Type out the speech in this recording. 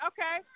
Okay